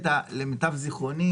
למיטב זכרוני,